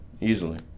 easily